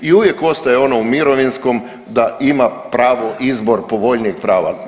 I uvijek ostaje ono u mirovinskom da ima pravo izbor povoljnijeg prava.